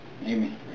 Amen